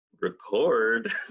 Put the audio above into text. record